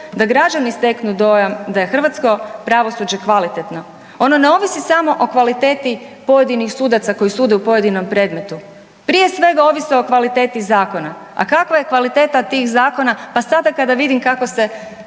da građani steknu dojam da je hrvatsko pravosuđe kvalitetno. Ono ne ovisi samo o kvaliteti pojedinih sudaca koji sude u pojedinom predmetu. Prije svega ovise o kvaliteti zakona, a kakva je kvaliteta tih zakona? Pa sada kada vidim kako se